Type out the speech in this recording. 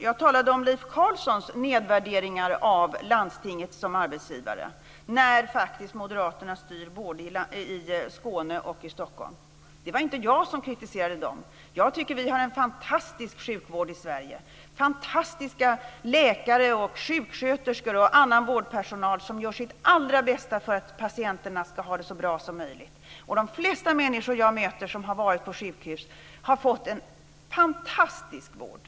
Jag talade om Leif Carlsons nedvärderingar av landstinget som arbetsgivare. Moderaterna styr ju i både Skåne och Stockholm. Det var inte jag som kritiserade dem. Jag tycker att vi har en fantastisk sjukvård i Sverige. Vi har fantastiska läkare och sjuksköterskor och annan vårdpersonal som gör sitt allra bästa för att patienterna ska ha det så bra som möjligt. De flesta människor som jag möter och som varit på sjukhus har fått en fantastisk vård.